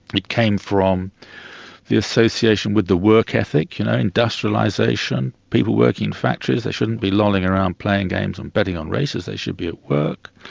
it came from the association with the work ethic, you know, industrialisation, people working in factories they shouldn't be lolling around playing games and betting on races, they should be at work.